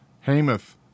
hamath